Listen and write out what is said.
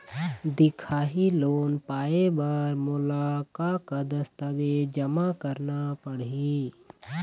दिखाही लोन पाए बर मोला का का दस्तावेज जमा करना पड़ही?